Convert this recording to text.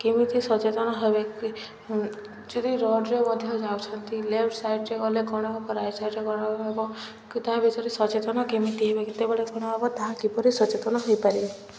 କେମିତି ସଚେତନ ହେବେ କି ଯଦି ରୋଡ଼ରେ ମଧ୍ୟ ଯାଉଛନ୍ତି ଲେଫ୍ଟ ସାଇଡ଼ରେ ଗଲେ କ'ଣ ହବ ରାଇଟ୍ ସାଇଡ଼ରେ କ'ଣ ହବ କି ତା ବିିଷୟରେ ସଚେତନ କେମିତି ହେବେ କେତେବେଳେ କ'ଣ ହବ ତାହା କିପରି ସଚେତନ ହେଇପାରିବେ